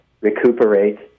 recuperate